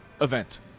event